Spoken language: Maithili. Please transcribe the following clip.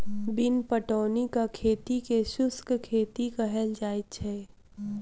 बिन पटौनीक खेती के शुष्क खेती कहल जाइत छै